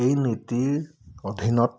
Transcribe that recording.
এই নীতিৰ অধীনত